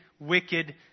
wicked